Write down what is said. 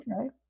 okay